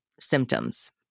symptoms